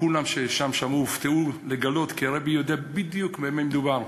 כולם שם כששמעו הופתעו לגלות שהרעבע יודע בדיוק במה מדובר.